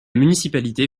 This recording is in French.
municipalité